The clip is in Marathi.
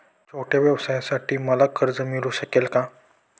छोट्या व्यवसायासाठी मला कर्ज मिळू शकेल का?